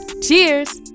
cheers